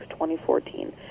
2014